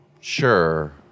Sure